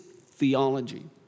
theology